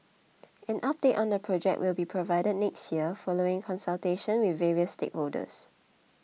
an update on the project will be provided next year following consultations with various stakeholders